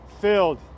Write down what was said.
filled